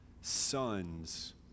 sons